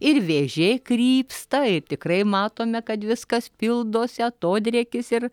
ir vėžė krypsta tikrai matome kad viskas pildosi atodrėkis ir